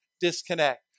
disconnect